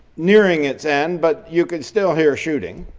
nearing its end but you could still hear shooting.